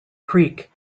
creek